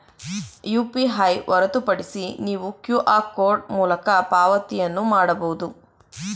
UPI ಹೊರತುಪಡಿಸಿ ನೀವು QR code ಮೂಲಕ ಪಾವತಿಯನ್ನು ಮಾಡಬಹುದು